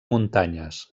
muntanyes